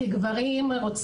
כגברים,